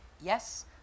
Yes